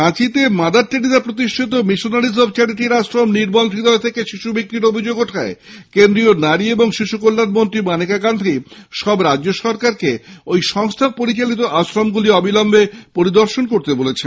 রাঁচিতে mother Teresa প্রতিষ্ঠিত missionaries of চ্যারিটির আশ্রম নির্মল হৃদয় থেকে শিশু বিক্রির অভিযোগ ওঠায় কেন্দ্রীয় নারী ও শিশু কল্যাণমন্ত্রী মানেকা গান্ধী সবরাজ্যকে ওই সংস্হা পরিচালিত আশ্রমগুলি অবিলম্বে পরিদর্শন করতে বলেছেন